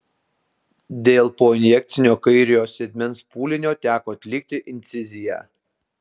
dėl poinjekcinio kairiojo sėdmens pūlinio teko atlikti inciziją